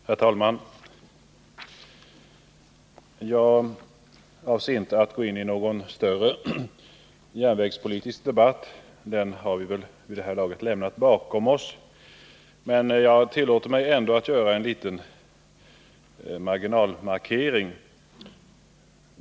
Herr talman! Jag avser inte att gå in i någon större järnvägspolitisk debatt. Den har vi väl vid det här laget lämnat bakom oss. Men jag tillåter mig ändå att göra en liten marginalmarkering.